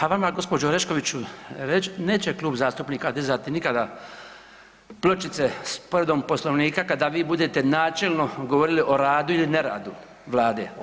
A vama gospođo Orešković neće klub zastupnika dizati nikada pločice sa povredom Poslovnika kada vi budete načelno govorili o radu ili neradu Vlade.